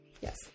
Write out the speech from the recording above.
Yes